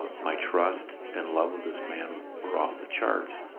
my trust and love with this man were off the charts.